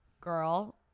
girl